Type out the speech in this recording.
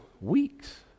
weeks